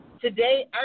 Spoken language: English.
Today